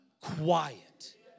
quiet